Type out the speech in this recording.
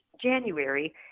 January